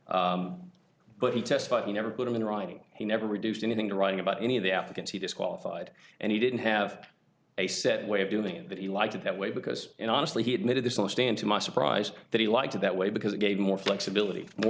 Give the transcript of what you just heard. testified he never put it in writing he never reduced anything to writing about any of the applicants he disqualified and he didn't have a set way of doing it that he liked it that way because you know honestly he admitted this will stand to my surprise that he liked it that way because it gave more flexibility more